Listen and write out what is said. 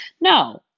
No